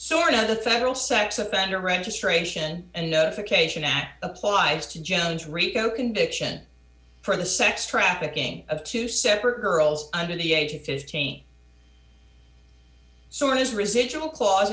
sort of the federal sex offender registration and notification act applies to jens rico conviction for the sex trafficking of two separate girls under the age of fifteen so one is residual cla